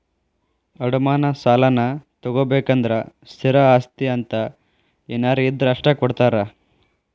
ಅಡಮಾನ ಸಾಲಾನಾ ತೊಗೋಬೇಕಂದ್ರ ಸ್ಥಿರ ಆಸ್ತಿ ಅಂತ ಏನಾರ ಇದ್ರ ಅಷ್ಟ ಕೊಡ್ತಾರಾ